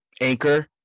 Anchor